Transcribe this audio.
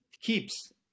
keeps